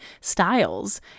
styles